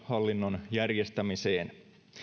hallinnon järjestämiseen